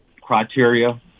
criteria